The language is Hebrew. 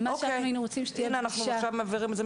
אנחנו שומעים פה